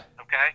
Okay